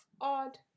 Odd